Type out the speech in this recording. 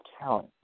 talent